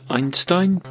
Einstein